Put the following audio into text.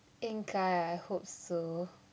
应该 I hope so